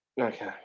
Okay